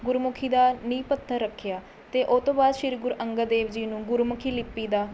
ਗੁਰਮੁਖੀ ਦਾ ਨੀਂਹ ਪੱਥਰ ਰੱਖਿਆ ਅਤੇ ਉਹ ਤੋਂ ਬਾਅਦ ਸ਼੍ਰੀ ਗੁਰੂ ਅੰਗਦ ਦੇਵ ਜੀ ਨੂੰ ਗੁਰਮੁਖੀ ਲਿੱਪੀ ਦਾ